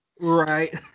Right